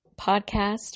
podcast